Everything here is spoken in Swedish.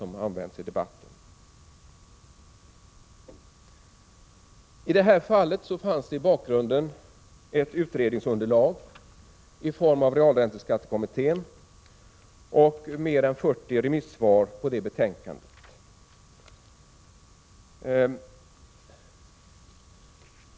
I det här fallet fanns i bakgrunden ett utredningsunderlag framtaget av realränteskattekommittén och mer än 40 remissvar på det betänkandet.